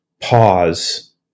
pause